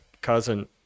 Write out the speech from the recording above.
cousin